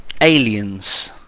Aliens